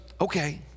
okay